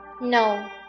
No